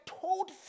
told